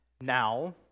now